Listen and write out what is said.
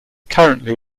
currently